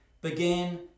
began